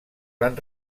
van